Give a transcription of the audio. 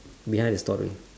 behind the story